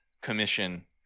commission